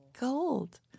gold